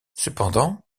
cependant